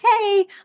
hey